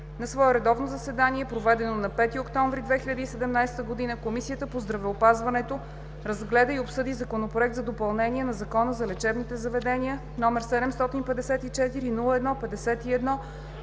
На свое редовно заседание, проведено на 5 октомври 2017 г., Комисията по здравеопазването разгледа и обсъди Законопроект за допълнение на Закона за лечебните заведения, № 754-01-51,